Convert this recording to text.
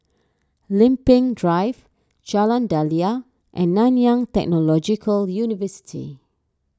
Lempeng Drive Jalan Daliah and Nanyang Technological University